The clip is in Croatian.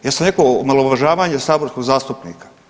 Ja sam rekao omalovažavanje saborskog zastupnika.